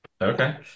Okay